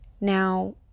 Now